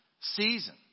season